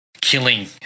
killing